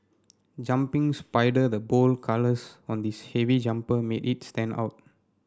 jumping spider the bold colours on this heavy jumper made it stand out